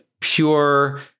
pure